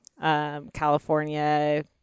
California